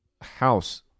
house